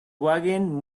wagon